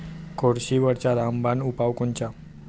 कोळशीवरचा रामबान उपाव कोनचा?